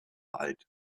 alt